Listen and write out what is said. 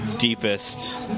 Deepest